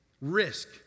risk